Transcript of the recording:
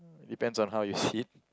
depends on how you see it